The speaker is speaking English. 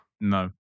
no